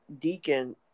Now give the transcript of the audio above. Deacon